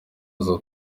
aza